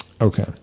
okay